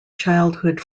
childhood